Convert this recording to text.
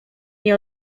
nie